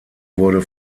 wurde